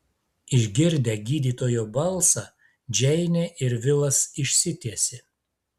išgirdę gydytojo balsą džeinė ir vilas išsitiesė